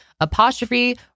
Apostrophe